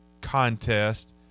contest